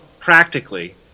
practically